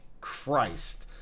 Christ